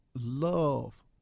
love